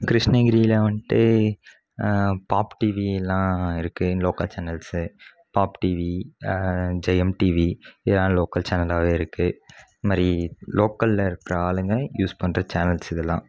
கிருஷ்ணகிரியில் வன்ட்டு பாப் டிவிலான் இருக்கு லோக்கல் சேனல்ஸ் ஜெயம் டிவி இதுலான் லோக்கல் சேனலாகவே இருக்கு இந்த மாதிரி லோக்கல்லருக்கிற ஆளுங்க யூஸ் பண்ணுற சேனல்ஸ் இதுலான்